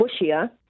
bushier